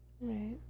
Right